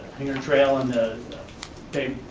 hanger trail and the big,